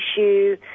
issue